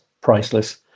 priceless